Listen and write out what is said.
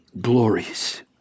glories